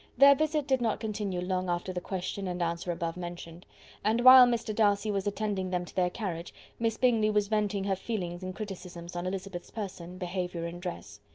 their visit did not continue long after the question and answer above mentioned and while mr. darcy was attending them to their carriage miss bingley was venting her feelings in criticisms on elizabeth's person, behaviour, and dress.